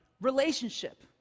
relationship